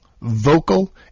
Vocal